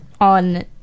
on